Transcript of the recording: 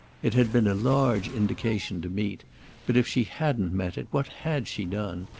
it had been a large indication to meet but if she hadn't met it what had she done,